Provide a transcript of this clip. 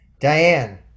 Diane